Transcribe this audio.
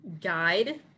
guide